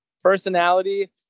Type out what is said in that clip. personality